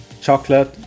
chocolate